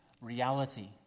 reality